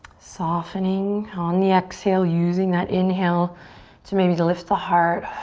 softening on the exhale, using that inhale to maybe to lift the heart.